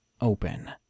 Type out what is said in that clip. open